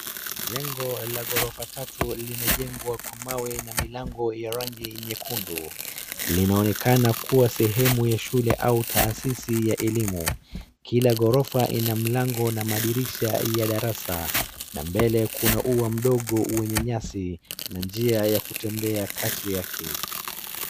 Jengo la ghorofa tatu limejengwa kwa mawe na milango ya rangi nyekundu. Linaonekana kuwa sehemu ya shule au taasisi ya elimu. Kila ghorofa ina mlango na mandirisha ya darasa. Na mbele kuna uwa mdongo mwenye nyasi na njia ya kutembea kati yake.